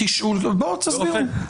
בואו תסבירו.